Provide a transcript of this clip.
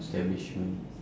establishment